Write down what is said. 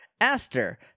Aster